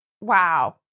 wow